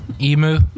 emu